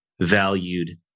valued